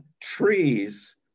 Trees